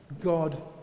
God